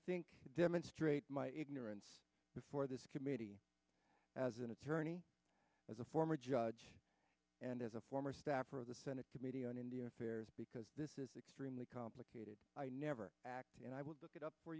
think demonstrate my ignorance before this committee as an attorney as a former judge and as a former staffer of the senate committee on indian affairs because this is extremely complicated i never you know i would look it up for